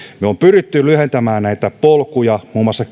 me olemme pyrkineet lyhentämään näitä polkuja muun muassa